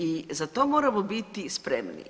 I za to moramo biti spremni.